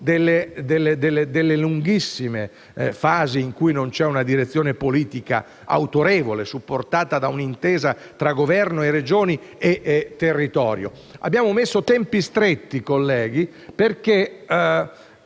delle lunghissime fasi in cui non c'è una direzione politica autorevole supportata da un'intesa tra Governo, Regioni e territorio. Abbiamo previsto tempi stretti, colleghi, perché